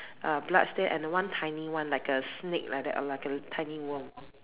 uh blood stain and a one tiny one like a snake like that or like a tiny worm